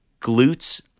glutes